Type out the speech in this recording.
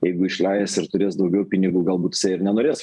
jeigu išleis ir turės daugiau pinigų galbūt jisai ir nenorės